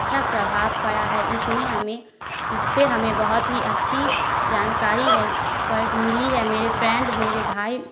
अच्छा प्रभाव पड़ा है इसमें हमें इससे हमें बहुत ही अच्छी जानकारी है पर मिली है मेरे फ्रेंड मेरे भाई